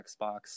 Xbox